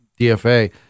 DFA